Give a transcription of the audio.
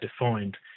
defined